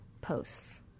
posts